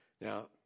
Now